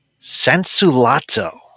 Sensulato